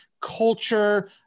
culture